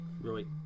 Right